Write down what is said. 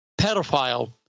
pedophile